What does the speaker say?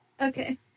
Okay